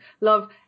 Love